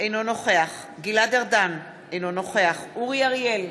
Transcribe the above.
אינו נוכח גלעד ארדן, אינו נוכח אורי אריאל,